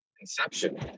inception